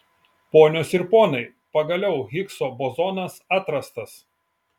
ponios ir ponai pagaliau higso bozonas atrastas